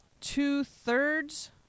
two-thirds